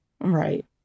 Right